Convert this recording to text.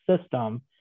system